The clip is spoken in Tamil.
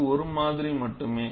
இது ஒரு மாதிரி மட்டுமே